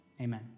Amen